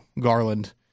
Garland